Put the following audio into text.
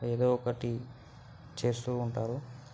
ఏదో ఒకటి చేస్తూ ఉంటారు